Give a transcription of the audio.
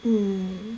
mm